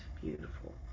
Beautiful